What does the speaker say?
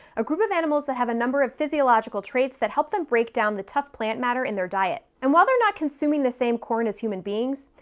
a group of animals that have a number of physiological traits that help them break down the tough plant matter in their diet. and while they're not consuming the same corn as human beings,